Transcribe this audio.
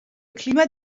climat